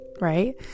right